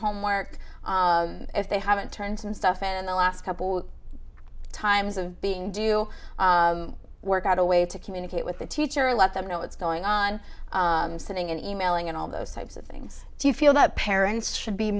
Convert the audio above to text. homework if they haven't turned and stuff in the last couple times of being do you work out a way to communicate with the teacher let them know what's going on sitting and e mailing and all those types of things do you feel that parents should be